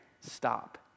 stop